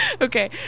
Okay